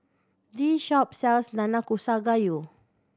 this shop sells Nanakusa Gayu